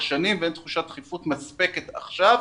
שנים ואין תחושת דחיפות מספקת עכשיו.